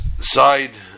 side